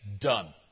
done